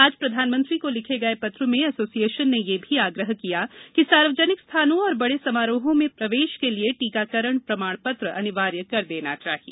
आज प्रधानमंत्री को लिखे गए पत्र में एसोसिएशन ने यह भी आग्रह किया है कि सार्वजनिक स्थानों और बड़े समारोहों में प्रवेश के लिए टीकाकरण प्रमाणपत्र अनिवार्य कर देना चाहिए